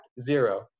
zero